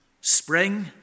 spring